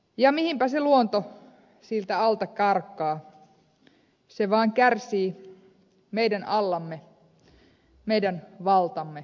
ja mihinpä se luonto siitä alta karkaa se vain kärsii meidän allamme meidän valtamme menettelystä